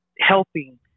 helping